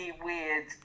weird